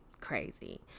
crazy